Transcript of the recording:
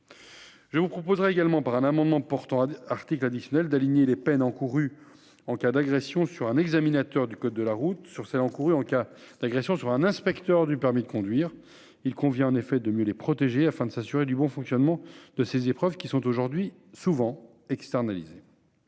Je vous proposerai également, par un amendement portant article additionnel, d'aligner les peines encourues en cas d'agression sur un examinateur du code de la route sur celles encourues en cas d'agression sur un inspecteur du permis de conduire. Il convient en effet de mieux protéger les examinateurs pour s'assurer du bon fonctionnement de ces épreuves, qui sont désormais souvent externalisées.